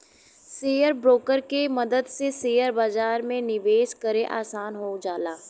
share broker के मदद से शेयर बाजार में निवेश करे आसान हो जाला